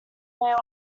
mail